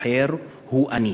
"האחר הוא אני",